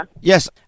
Yes